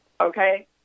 Okay